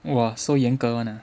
!wah! so 严格 [one] ah